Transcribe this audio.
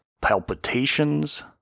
palpitations